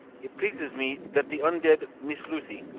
it pleases me that the un-dead, miss lucy,